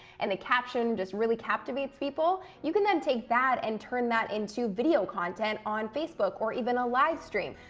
and the caption just really captivates people. you can then take that and turn that into video content on facebook, or even a livestream.